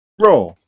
Raw